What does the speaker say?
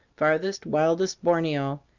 farthest, wildest borneo,